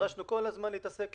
- נדרשנו כל הזמן להתעסק